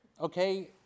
okay